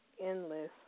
endless